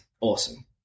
awesome